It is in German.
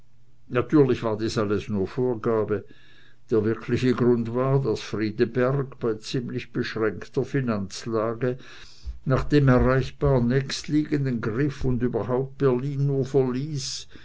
natürlich war dies alles nur vorgabe der wirkliche grund war der daß friedeberg bei ziemlich beschränkter finanzlage nach dem erreichbar nächstliegenden griff und überhaupt berlin nur verließ